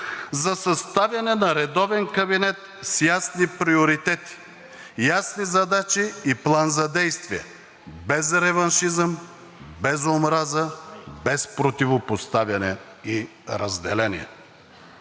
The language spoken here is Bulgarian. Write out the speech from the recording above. за съставяне на редовен кабинет с ясни приоритети, ясни задачи и план за действие, без реваншизъм, без омраза, без противопоставяне и разделение.